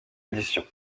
édition